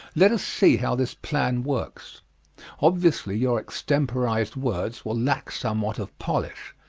let us see how this plan works obviously, your extemporized words will lack somewhat of polish,